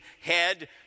head